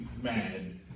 mad